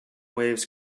waves